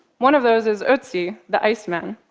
one of those is otzi the iceman.